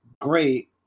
great